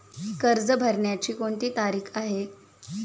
कर्ज भरण्याची कोणती तारीख आहे?